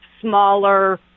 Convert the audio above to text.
smaller